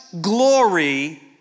glory